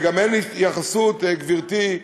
וגם אין התייחסות, גברתי,